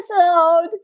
episode